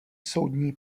soudní